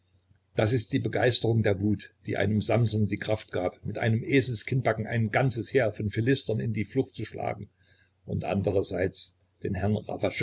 das ist die begeisterung der wut die einem samson die kraft gab mit einem eselskinnbacken ein ganzes heer von philistern in die flucht zu schlagen und andererseits den herrn